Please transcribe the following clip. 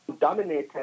dominated